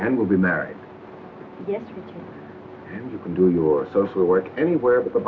and we'll be married and you can do your social work anywhere with the